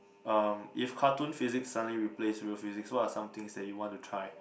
um if cartoon physics suddenly replaced real physics what are some things that you want to try